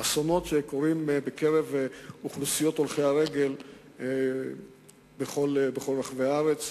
האסונות שקורים בקרב הולכי הרגל בכל רחבי הארץ.